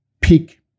pick